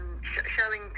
showing